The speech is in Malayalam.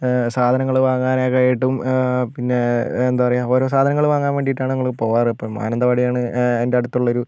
സാധനങ്ങൾ വാങ്ങാനൊക്കെയായിട്ടും പിന്നെ എന്താ പറയാ ഓരോ സാധനങ്ങൾ വാങ്ങാൻ വേണ്ടീട്ടാണ് നമ്മൾ പോകാറിപ്പം മാനന്തവാടിയാണ് എൻ്റെ അടുത്തുള്ളൊരു